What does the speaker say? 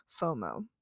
FOMO